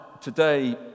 today